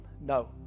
No